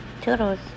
Toodles